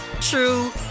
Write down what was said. true